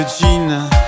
jeans